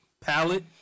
Palette